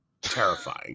terrifying